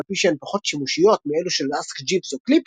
אף על פי שהן פחות "שימושיות" מאלו של Ask Jeeves או Clippy,